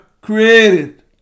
created